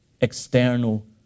external